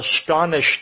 astonished